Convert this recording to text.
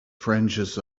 fringes